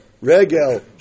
Regel